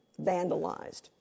vandalized